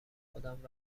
خودمم